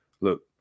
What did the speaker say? Look